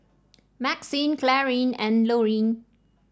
Maxine Clarine and Lorine